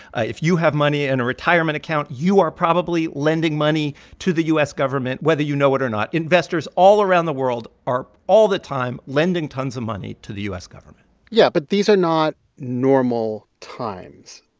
ah if you have money in a retirement account, you are probably lending money to the u s. government whether you know it or not. investors all around the world are, all the time, lending tons of money to the u s. government yeah. but these are not normal times.